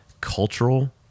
cultural